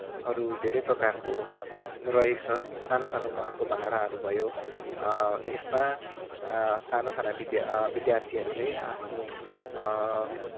धेरै प्रकारको रहेको छ सानो सानो घरको भाडाहरू भयो यसमा साना साना विद्या विद्यार्थीहरूले आफ्नो